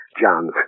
John's